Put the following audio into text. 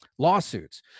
lawsuits